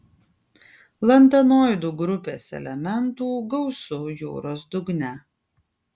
lantanoidų grupės elementų gausu jūros dugne